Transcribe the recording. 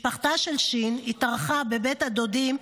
משפחתה של ש' התארחה בבית הדודים,